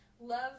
love